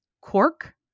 Quark